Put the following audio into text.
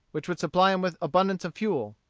which would supply him with abundance of fuel.